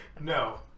No